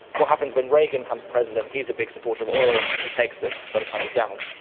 what happens when reagan becomes president, he's a big supporter of oil, he takes the solar panels down.